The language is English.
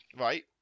Right